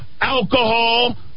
alcohol